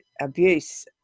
abuse